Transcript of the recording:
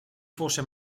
fosse